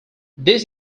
this